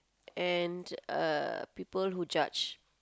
and a people who judge